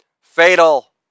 Fatal